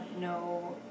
no